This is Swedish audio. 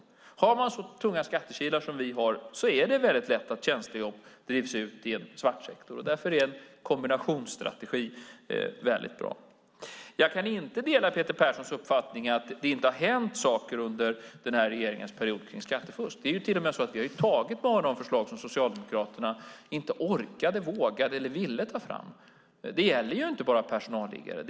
Om man har så tunga skattekilar som vi har är det lätt att tjänstejobb drivs ut i en svart sektor. Därför är en kombinationsstrategi bra. Jag kan inte dela Peter Perssons uppfattning att det inte har hänt saker under den här regeringen mot skattefusk. Vi har till och med tagit några av de förslag som Socialdemokraterna inte orkade, vågade eller ville ta fram. Det gäller inte bara personalliggare.